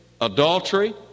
adultery